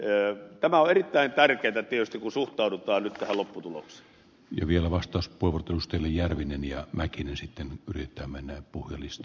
tämä on erittäin tärkeätä tietysti kun suhtaudutaan ehkä lopputulos ja vielä vastaus puhutusta järvinen ja mäkinen nyt tähän lopputulokseen